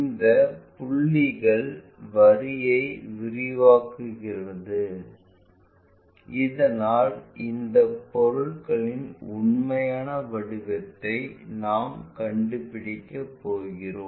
இந்த புள்ளிகள் வரியை விரிவாக்குங்கள் இதனால் அந்த பொருளின் உண்மையான வடிவத்தை நாம் கண்டுபிடிக்கப் போகிறோம்